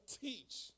teach